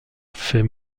fait